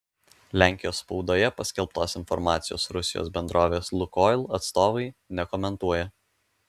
lenkijos spaudoje paskelbtos informacijos rusijos bendrovės lukoil atstovai nekomentuoja